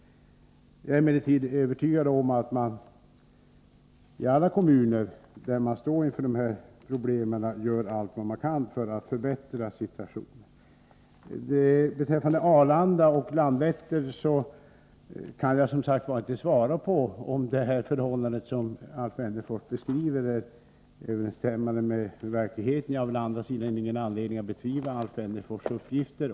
Jag är emellertid övertygad om att man i alla kommuner där man står inför de här problemen gör allt vad man kan för att förbättra situationen. Beträffande Arlanda och Landvetter kan jag inte säga om Alf Wennerfors beskrivning överensstämmer med verkligheten. Jag har å andra sidan ingen anledning att betvivla hans uppgifter.